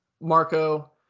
Marco